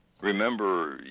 Remember